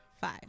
Five